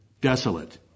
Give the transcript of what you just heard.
desolate